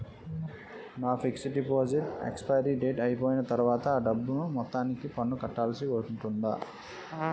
నా fixed deposit expiry date అయిపోయిన తర్వాత అ డబ్బు మొత్తానికి పన్ను కట్టాల్సి ఉంటుందా?